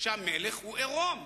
שהמלך הוא עירום.